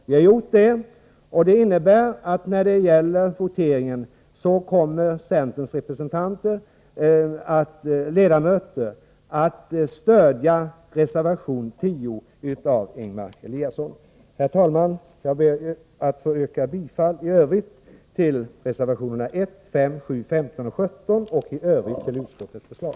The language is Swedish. Vi har gjort det, och det innebär att centerns ledamöter i voteringen kommer att stödja reservation 10 av Ingemar Eliasson. Herr talman! Jag ber att få yrka bifall till reservationerna 1, 5, 7, 13, 15 och 17 och i övrigt till utskottets förslag.